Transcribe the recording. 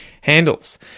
handles